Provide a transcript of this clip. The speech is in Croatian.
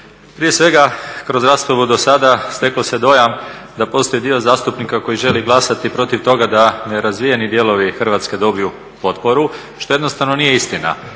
Prije svega, kroz raspravu do sada stekao se dojam da postoji dio zastupnika koji želi glasati protiv toga da nerazvijeni dijelovi Hrvatske dobiju potporu što jednostavno nije istina.